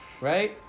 Right